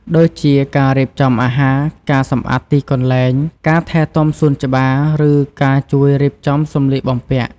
ដូចជាការរៀបចំអាហារ ការសម្អាតទីកន្លែង ការថែទាំសួនច្បារ ឬការជួយរៀបចំសម្លៀកបំពាក់។